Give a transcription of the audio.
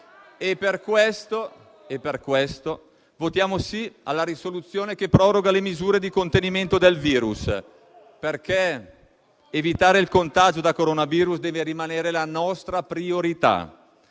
E per questo votiamo sì alla proposta di risoluzione che proroga le misure di contenimento del virus, perché evitare il contagio da coronavirus deve rimanere la nostra priorità.